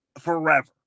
forever